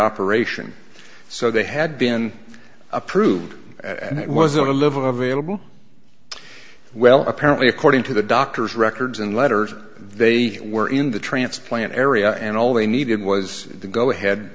operation so they had been approved and it was a live available well apparently according to the doctor's records and letters they were in the transplant area and all they needed was the go ahead